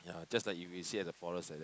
ya just like if you see at the forest like that